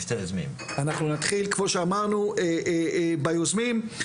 אנחנו נתחיל, כמו שאמרנו, ביוזמים.